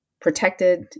protected